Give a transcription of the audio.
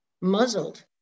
muzzled